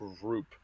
group